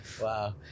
wow